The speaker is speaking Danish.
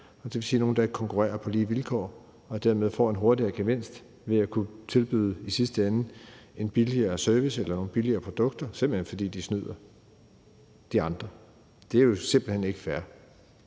reglerne, dvs. nogle, der ikke konkurrerer på lige vilkår, og som dermed får en hurtigere gevinst ved i sidste ende at kunne tilbyde en billigere service eller nogle billigere produkter, simpelt hen fordi de snyder de andre. Det er jo simpelt hen ikke fair,